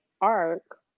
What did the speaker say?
arc